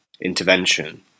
intervention